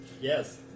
Yes